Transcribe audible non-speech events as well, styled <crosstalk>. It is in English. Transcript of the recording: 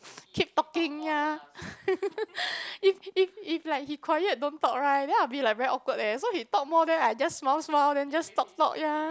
<noise> keep talking ya <laughs> if if if like he quiet don't talk right then I'll be very awkward leh so he talk more then I just smile smile then just talk talk ya